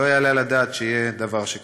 לא יעלה על הדעת שיהיה דבר שכזה.